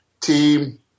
Team